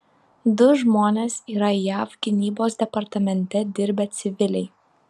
du žmonės yra jav gynybos departamente dirbę civiliai